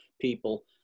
people